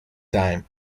time